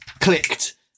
clicked